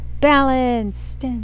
balanced